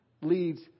leads